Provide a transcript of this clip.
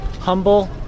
humble